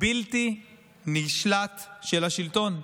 בלתי נשלט של השלטון.